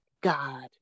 God